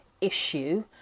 issue